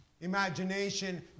imagination